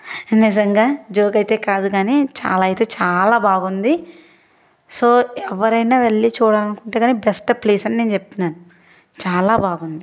నిజంగా జోకైతే కాదు కానీ చాలా అయితే చాలా బాగుంది సో ఎవరైనా వెళ్లి చూడాలనుకుంటే కానీ బెస్ట్ ప్లేస్ అని నేను చెప్తున్నాను చాలా బాగుంది